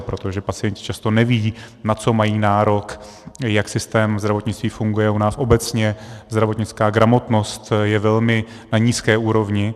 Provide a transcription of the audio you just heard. Protože pacienti často nevědí, na co mají nárok, jak systém zdravotnictví funguje, u nás obecně zdravotnická gramotnost je velmi na nízké úrovni.